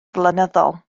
flynyddol